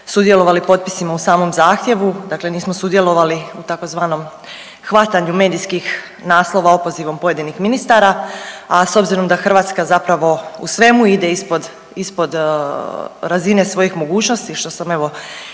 sudjelovali u potpisima o samom zahtjevu, dakle nismo sudjelovali u tzv. hvatanju medijskih naslova opozivom pojedinih ministara. A s obzirom da Hrvatska zapravo u svemu ide ispod, ispod razine svojih mogućnosti što sam evo